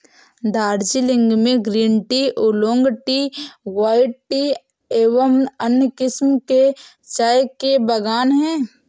दार्जिलिंग में green tea, oolong tea, white tea एवं अन्य किस्म के चाय के बागान हैं